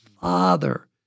Father